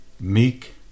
Meek